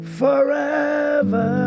forever